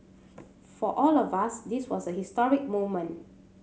for all of us this was a historic moment